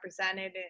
represented